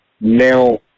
Now